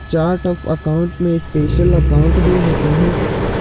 chart of account में special account भी होते हैं